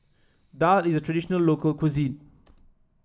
Daal is a traditional local cuisine